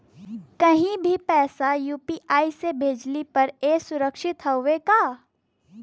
कहि भी पैसा यू.पी.आई से भेजली पर ए सुरक्षित हवे का?